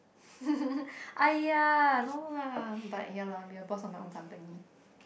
!aiya! no lah but yeah lah be a boss of my own company